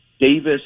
Davis